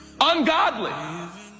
ungodly